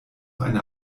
eine